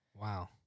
Wow